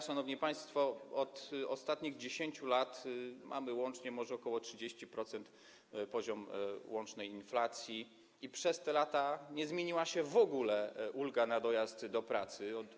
Szanowni państwo, od ostatnich 10 lat mamy może ok. 30-procentowy poziom łącznej inflacji i przez te lata nie zmieniła się w ogóle ulga na dojazd do pracy.